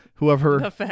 Whoever